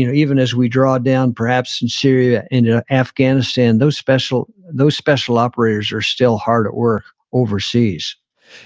you know even as we draw down perhaps in syria into afghanistan, those special those special operators are still hard at work overseas